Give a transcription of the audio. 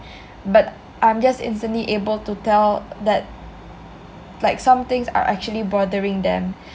but I'm just instantly able to tell that like some things are actually bothering them